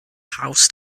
house